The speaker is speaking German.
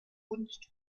kunst